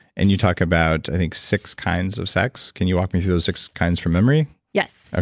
and you talk about, i think, six kinds of sex. can you walk me through those six kinds from memory? yes. ah